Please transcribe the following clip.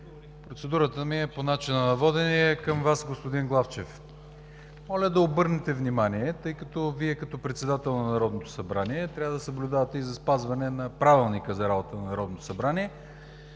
Процедурата ми е по начина на водене към Вас, господин Главчев. Моля да обърнете внимание, тъй като Вие, като председател на Народното събрание, трябва да съблюдавате и за спазване на Правилника за организацията и дейността на Народното събрание,